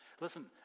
Listen